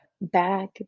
Back